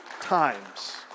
times